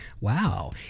Wow